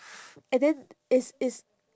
and then it's it's